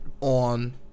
on